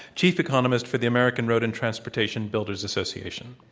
chief economist for the american road and transportation builders association.